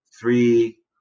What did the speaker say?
three